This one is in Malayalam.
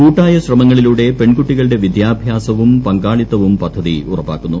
കൂട്ടായ ശ്രമങ്ങളിലൂടെ പെൺകുട്ടികളുടെ വിദ്യാഭ്യാസവും പങ്കാളിത്തവും പദ്ധതി ഉറപ്പാക്കുന്നു